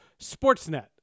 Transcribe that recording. Sportsnet